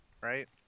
right